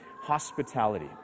hospitality